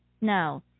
No